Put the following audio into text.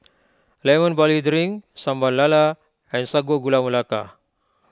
Lemon Barley Drink Sambal Lala and Sago Gula Melaka